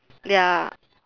ya